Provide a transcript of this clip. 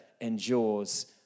endures